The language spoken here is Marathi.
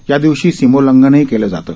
या दिवशी सीमोलंघनही केलं जातं